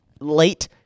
late